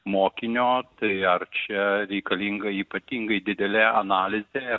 mokinio tai ar čia reikalinga ypatingai didelė analizė